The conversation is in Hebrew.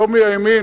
לא מהימין,